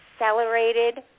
accelerated